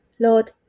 Lord